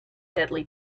deadly